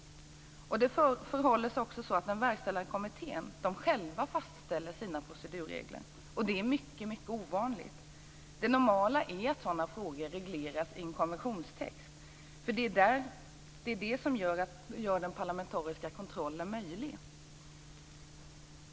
Det förhåller sig också så, att den verkställande kommittén själv fastställer sina procedurregler. Det är mycket ovanligt. Det normala är att sådana frågor regleras i en konventionstext, för det är det som gör den parlamentariska kontrollen möjlig.